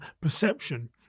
perception